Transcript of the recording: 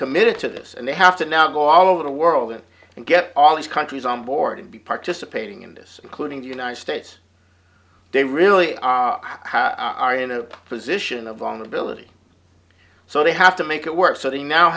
committed to this and they have to now go all over the world and get all these countries on board and be participating in this including the united states they really are are in a position of vulnerability so they have to make it work so they now